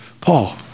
Paul